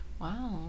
wow